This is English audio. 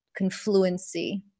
confluency